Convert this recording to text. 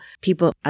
people